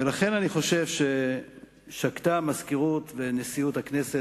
ולכן אני חושב ששגו המזכירות ונשיאות הכנסת